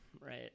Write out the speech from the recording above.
right